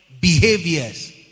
behaviors